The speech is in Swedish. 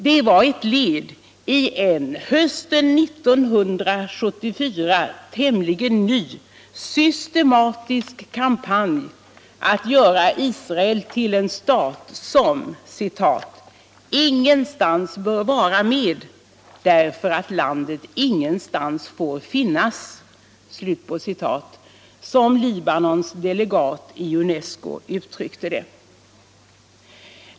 Det var ett led i en hösten 1974 tämligen ny systematisk kampanj för att göra Israel till en stat som ”ingenstans bör vara med därför att landet ingenstans får finnas”, som Libanons delegat i UNESCO uttryckte det.